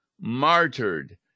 martyred